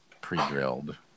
pre-drilled